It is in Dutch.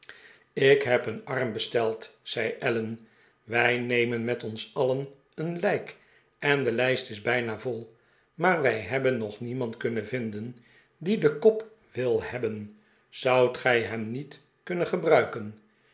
ik heb een arm besteld zei allen wrj nemen met ons alien een lijk en de lijst is bijna vol maar wij hebben nog niemand kunnen vinden die den kop wil hebben zoudt gij hem niet kunnen gebruiken